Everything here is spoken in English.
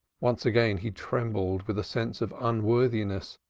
once again he trembled with a sense of unworthiness,